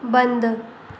बंदि